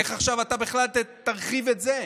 איך עכשיו אתה בכלל תרחיב את זה?